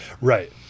right